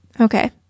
Okay